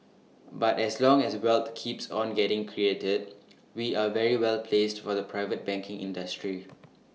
but as long as wealth keeps on getting created we are very well placed for the private banking industry